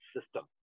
system